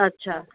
अच्छा